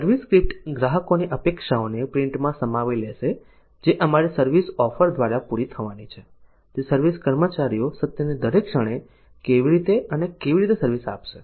service script ગ્રાહકોની અપેક્ષાઓને પ્રિન્ટમાં સમાવી લેશે જે અમારી સર્વિસ ઓફર દ્વારા પૂરી થવાની છે જે સર્વિસ કર્મચારીઓ સત્યની દરેક ક્ષણે કેવી રીતે અને કેવી રીતે સર્વિસ આપશે